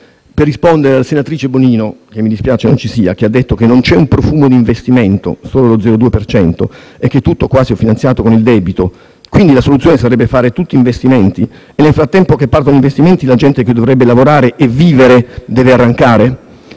questo punto. La senatrice Bonino, che mi spiace non sia presente, ha detto che non c'è un profumo di investimento - solo lo 0,2 per cento - e che tutto o quasi è finanziato con il debito e quindi la soluzione sarebbe fare tutti investimenti; ma nel frattempo che partono investimenti, la gente che dovrebbe lavorare e vivere, deve arrancare?